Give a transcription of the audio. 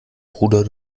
bruder